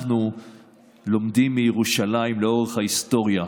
אנחנו לומדים מירושלים לאורך ההיסטוריה: